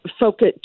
focus